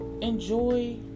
enjoy